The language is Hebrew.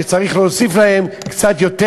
שצריך להוסיף להם קצת יותר.